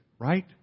right